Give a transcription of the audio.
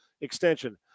extension